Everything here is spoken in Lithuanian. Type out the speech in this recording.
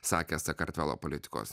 sakė sakartvelo politikos